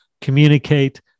communicate